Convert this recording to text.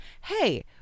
hey